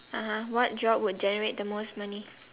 (uh huh) what job would generate the most money